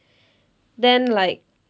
then like